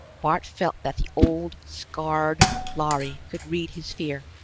bart felt that the old, scarred lhari could read his fear.